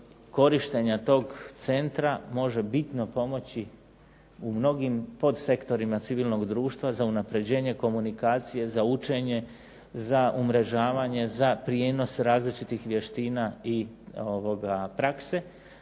korištenja tog centra može bitno pomoći u mnogim podsektorima civilnog društva za unapređenje komunikacije, za učenje, za umrežavanje, za prijenos različitih vještina i prakse.